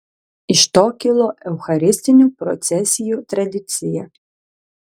iš to kilo eucharistinių procesijų tradicija